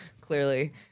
clearly